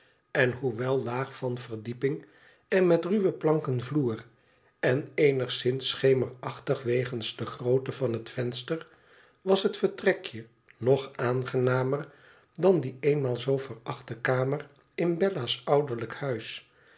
en hoewel laag van verdieping en met ruwen planken vloer en eenigszins schemerachtig wegens de grootte van het venster was het vertrekje nog aangenamer dan die eenmaal zoo verachte kamer in bella's ouderlijk huis